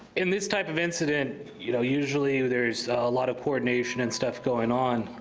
in this type of incident, you know, usually there's a lot of coordination and stuff going on.